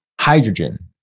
hydrogen